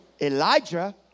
Elijah